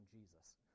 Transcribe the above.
Jesus